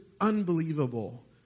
unbelievable